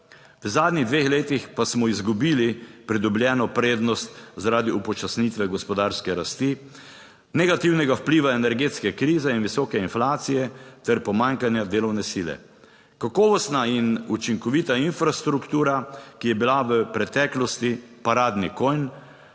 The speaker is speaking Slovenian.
v zadnjih dveh letih pa smo izgubili pridobljeno prednost zaradi upočasnitve gospodarske rasti. Negativnega vpliva energetske krize in visoke inflacije ter pomanjkanja delovne sile. Kakovostna in učinkovita infrastruktura, ki je bila v preteklosti paradni konj